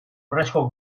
urrezko